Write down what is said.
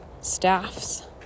staffs